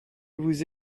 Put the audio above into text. vous